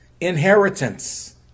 inheritance